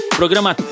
programa